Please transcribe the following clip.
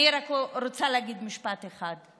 אני רק רוצה להגיד משפט אחד.